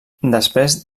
després